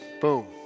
Boom